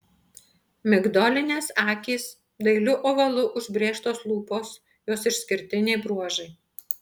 migdolinės akys dailiu ovalu užbrėžtos lūpos jos išskirtiniai bruožai